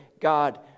God